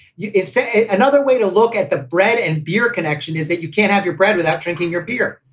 you say another way to look at the bread and beer connection is that you can't have your bread without drinking your beer.